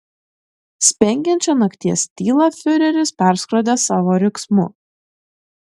spengiančią nakties tylą fiureris perskrodė savo riksmu